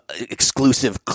exclusive